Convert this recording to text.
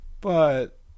but—